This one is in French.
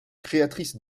créatrice